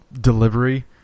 delivery